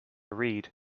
read